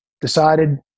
decided